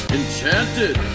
enchanted